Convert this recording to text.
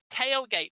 tailgate